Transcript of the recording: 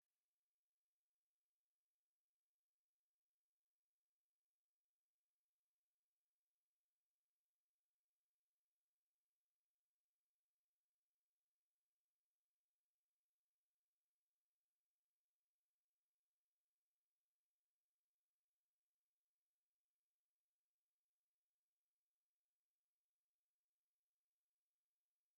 Itsinda rinini ry’abana bafite ingufu nyinshi bahagaze mu mbuga, bamwe bambaye imipira y'icyatsi abandi iy'umuhondo, bahagaze hamwe mu itorero, basa n'abumva neza ikiganiro kiri gutangwa, bamwe bahagaze imbere bishimye mu gihe ahantu bahagaze h’itorero huzuyemo ingufu. n’umunezero w’urubyiruko.